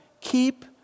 keep